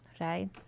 right